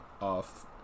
off